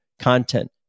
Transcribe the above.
content